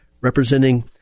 representing